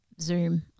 Zoom